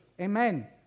Amen